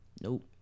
Nope